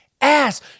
ass